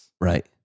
Right